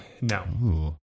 No